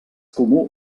comú